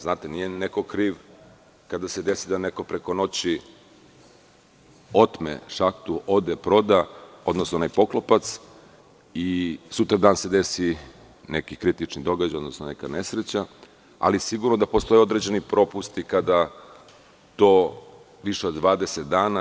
Znate, nije neko kriv kada se desi da neko preko noći otme poklopac, ode i proda i sutradan se desi neki kritični događaj, odnosno neka nesreća, ali sigurno da postoje određeni propusti kada je to više od 20 dana.